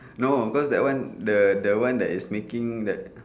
no because that one the that one that is making that